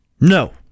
No